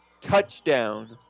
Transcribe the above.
Touchdown